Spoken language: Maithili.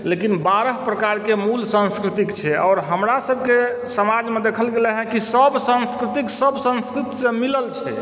लेकिन बारह प्रकारके मूल संस्कृति छै आओर हमरासभके समाजमे देखल गेलैए कि सभ संस्कृति सभ संस्कृतिसँ मिलल छै